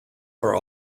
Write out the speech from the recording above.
are